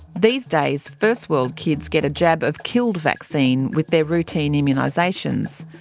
these days, first-world kids get a jab of killed vaccine with their routine immunisations,